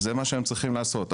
זה מה שהם צריכים לעשות.